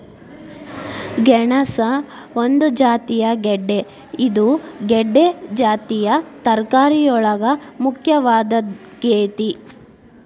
ಗೆಣಸ ಒಂದು ಜಾತಿಯ ಗೆಡ್ದೆ ಇದು ಗೆಡ್ದೆ ಜಾತಿಯ ತರಕಾರಿಯೊಳಗ ಮುಖ್ಯವಾದದ್ದಾಗೇತಿ